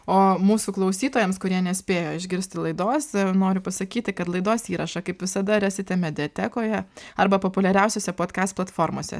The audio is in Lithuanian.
o mūsų klausytojams kurie nespėjo išgirsti laidos noriu pasakyti kad laidos įrašą kaip visada rasite mediatekoje arba populiariausiose podkast platformose